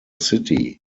city